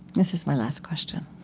this is my last question